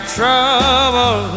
trouble